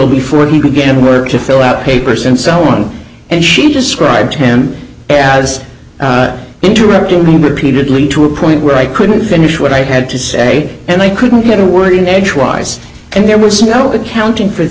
before he began work to fill out papers and so on and she described him as interrupting me repeatedly to a point where i couldn't finish what i had to say and i couldn't get a word in edgewise and there was no accounting for the